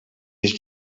his